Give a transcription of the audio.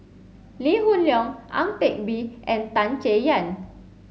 Lee Hoon Leong Ang Teck Bee and Tan Chay Yan